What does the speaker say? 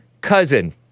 cousin